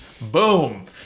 Boom